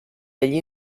degli